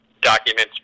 documents